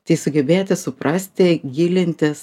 tai sugebėti suprasti gilintis